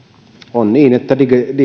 on niin että